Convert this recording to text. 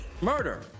Murder